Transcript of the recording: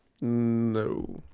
No